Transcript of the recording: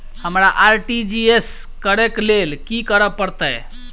हमरा आर.टी.जी.एस करऽ केँ लेल की करऽ पड़तै?